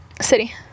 city